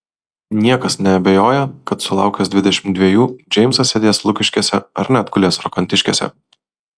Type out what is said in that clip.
niekas neabejoja kad sulaukęs dvidešimt dvejų džeimsas sėdės lukiškėse ar net gulės rokantiškėse